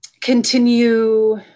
continue